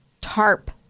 TARP